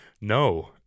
no